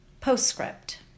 Postscript